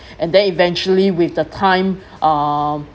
and then eventually with the time um